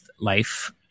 life